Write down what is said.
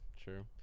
true